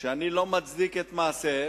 שאני לא מצדיק את מעשיהם,